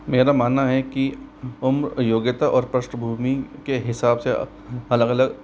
मेरा मानना है कि उम्र योग्यता और पृष्ठभूमि के हिसाब से अलग अलग